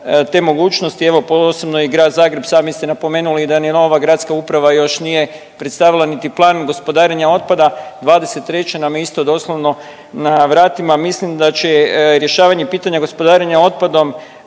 te mogućnosti. Evo posebno i Grad Zagreb, sami ste napomenuli da vam nova gradska uprava još nije predstavila niti plan gospodarenja otpada, '23. nam je isto doslovno na vratima. Mislim da će rješavanje pitanja gospodarenja otpadom